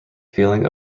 feeling